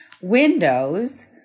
windows